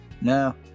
no